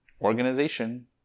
organization